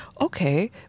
okay